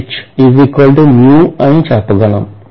అని చెప్పగలను